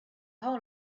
whole